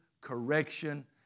correction